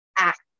act